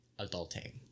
adulting